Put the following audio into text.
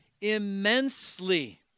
immensely